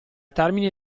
termine